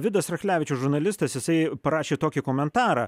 vidas rachlevičius žurnalistas jisai parašė tokį komentarą